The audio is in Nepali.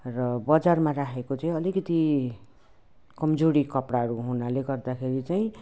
र बजारमा राखेको चाहिँ अलिकति कमजोडी कपडाहरू हुनाले गर्दाखेरि चाहिँ